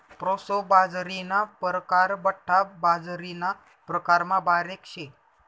proso बाजरीना परकार बठ्ठा बाजरीना प्रकारमा बारीक शे